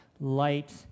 light